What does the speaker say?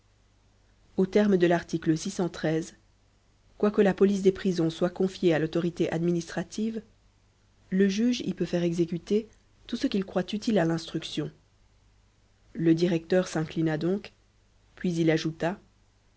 aux termes de l'article quoique la police des prisons soit confiée à l'autorité administrative le juge y peut faire exécuter tout ce qu'il croit utile à l'instruction le directeur s'inclina donc puis il ajouta